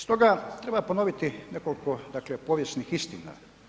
Stoga, treba ponoviti nekoliko povijesnih istina.